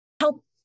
help